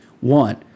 One